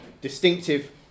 distinctive